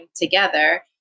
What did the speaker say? together